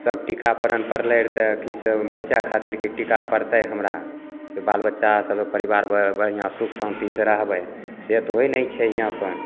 सब टीकाकरण पड़लै रऽ तऽ अथी सब बच्चा खातिर ई टीका पड़तै हमरा से बाल बच्चा सबके परिबारमे बढ़िआँ सुख शांति से रहबै से तऽ होइ नहि छै यहाँ पर